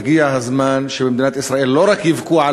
הגיע הזמן שבמדינת ישראל לא רק יבכו על